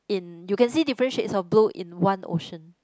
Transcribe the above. in you can see different shades of blue in one ocean